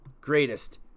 greatest